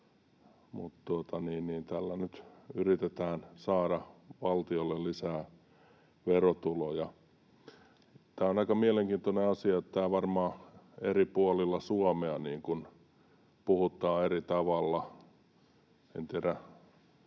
tällä nyt yritetään saada valtiolle lisää verotuloja. Tämä on aika mielenkiintoinen asia, että tämä varmaan eri puolilla Suomea niin kuin puhuttaa eri tavalla.